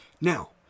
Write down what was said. now